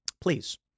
Please